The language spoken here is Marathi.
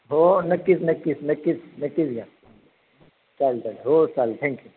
हो नक्कीच नक्कीच नक्कीच नक्कीच घ्या चालेल चालेल हो चालेल थँक्यू